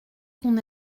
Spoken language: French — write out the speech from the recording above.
qu’on